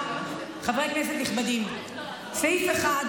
חברי כנסת נכבדים,